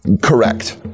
Correct